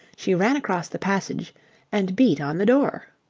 she ran across the passage and beat on the door.